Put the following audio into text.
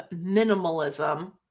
minimalism